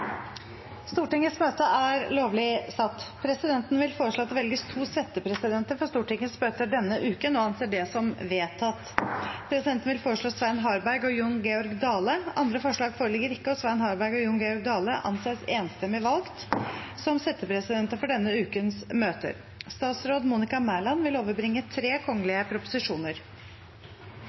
Stortingets møter denne uken – og anser det som vedtatt. Presidenten vil foreslå Svein Harberg og Jon Georg Dale. – Andre forslag foreligger ikke, og Svein Harberg og Jon Georg Dale anses enstemmig valgt som settepresidenter for denne ukens møter. Før sakene på dagens kart tas opp til behandling, vil